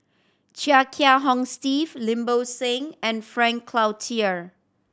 Chia Kiah Hong Steve Lim Bo Seng and Frank Cloutier